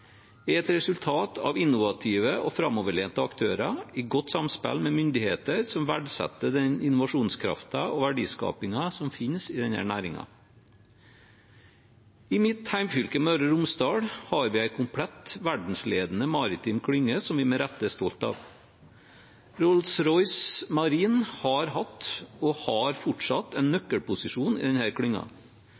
er et resultat av innovative og framoverlente aktører i godt samspill med myndigheter som verdsetter den innovasjonskraften og verdiskapingen som finnes i denne næringen. I mitt hjemfylke, Møre og Romsdal, har vi en komplett, verdensledende maritim klynge som vi med rette er stolte av. Rolls-Royce Marine har hatt og har fortsatt en nøkkelposisjon i